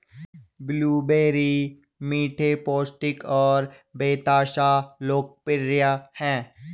blueberry मीठे, पौष्टिक और बेतहाशा लोकप्रिय हैं